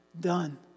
Done